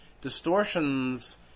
distortions